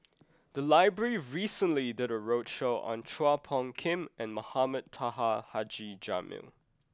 the library recently did a roadshow on Chua Phung Kim and Mohamed Taha Haji Jamil